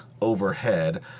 overhead